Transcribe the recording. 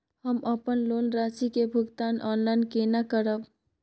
हम अपन लोन राशि के भुगतान ऑनलाइन केने करब?